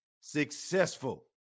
successful